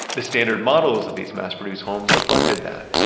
the standard models of these mass-produced homes reflected that.